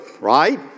right